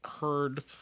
heard